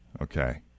Okay